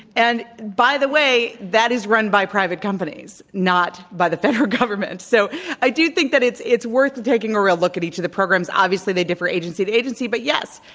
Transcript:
and by the way, that is run by private companies, not by the federal government. so i do think that it's it's worth taking a real look at each of the programs. obviously, they differ agency to agency. but yes,